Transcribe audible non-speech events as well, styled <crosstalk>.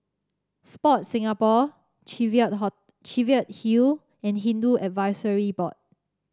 Sport Singapore Cheviot <unintelligible> Cheviot Hill and Hindu Advisory Board